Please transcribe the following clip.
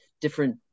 different